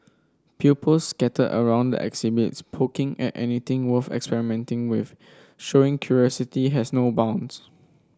pupils scattered around the exhibits poking at anything worth experimenting with showing curiosity has no bounds